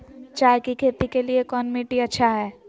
चाय की खेती के लिए कौन मिट्टी अच्छा हाय?